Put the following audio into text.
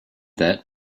that